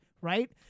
Right